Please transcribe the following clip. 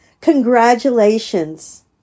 Congratulations